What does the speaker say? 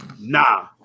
Nah